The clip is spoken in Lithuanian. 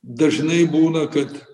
dažnai būna kad